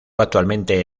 actualmente